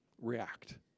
react